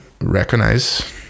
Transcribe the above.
recognize